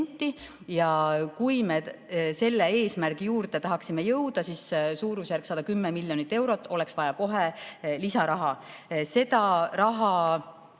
Kui me selle eesmärgi juurde tahaksime jõuda, siis suurusjärgus 110 miljonit eurot oleks vaja kohe lisaraha. Seda raha